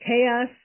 chaos